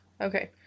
Okay